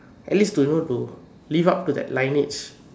at least to you know to live up to that lineage